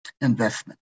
investment